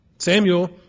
Samuel